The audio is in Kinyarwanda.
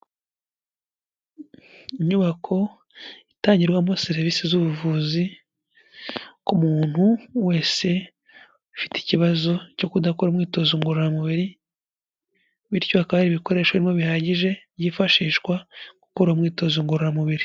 Inyubako itangirwamo serivise z'ubuvuzi ku muntu wese ufite ikibazo cyo kudakora imyitozo ngororamubiri bityo hakaba hari ibikoreshwamo bihagije byifashishwa mu gukora umwitozo ngororamubiri.